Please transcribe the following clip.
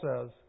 says